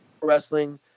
wrestling